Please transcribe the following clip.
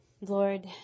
Lord